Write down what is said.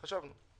חשבנו,